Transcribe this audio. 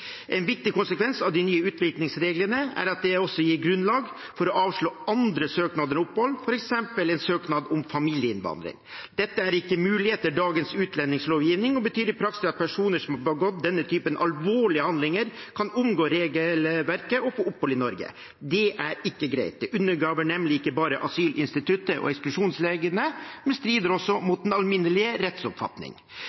nye utvisningsreglene er at de også gir grunnlag for å avslå andre søknader om opphold, f.eks. søknader om familieinnvandring. Dette er ikke mulig etter dagens utlendingslovgivning og betyr i praksis at personer som har begått denne typen alvorlige handlinger, kan omgå regelverket og få opphold i Norge. Det er ikke greit. Det undergraver nemlig ikke bare asylinstituttet og eksklusjonsreglene, men strider også